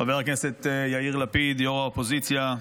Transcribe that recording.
חבר הכנסת יאיר לפיד, ראש האופוזיציה,